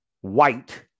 white